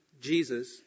Jesus